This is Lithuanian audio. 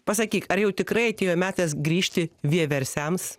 pasakyk ar jau tikrai atėjo metas grįžti vieversiams